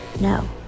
No